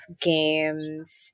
games